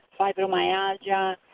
fibromyalgia